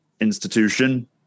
institution